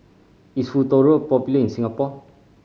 is Futuro popular in Singapore